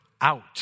out